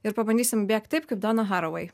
ir pabandysim bėgt taip kaip dona harovei